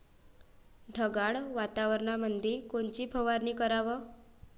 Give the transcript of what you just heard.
ढगाळ वातावरणामंदी कोनची फवारनी कराव?